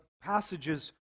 passages